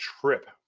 trip